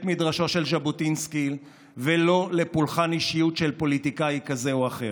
מדרשו של ז'בוטינסקי ולא לפולחן אישיות של פוליטיקאי כזה או אחר.